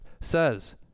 says